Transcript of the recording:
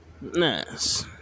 Nice